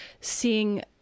seeing